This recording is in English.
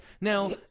now